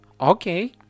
okay